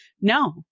No